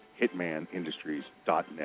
hitmanindustries.net